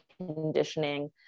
Conditioning